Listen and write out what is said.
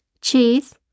cheese